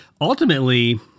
Ultimately